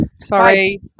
Sorry